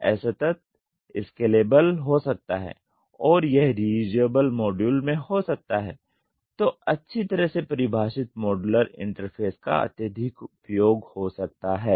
यह असतत स्केलेबल हो सकता है और यह री युजेबल मॉड्यूल में हो सकता है तो अच्छी तरह से परिभाषित मॉड्यूलर इंटरफ़ेस का अत्यधिक उपयोग हो सकता है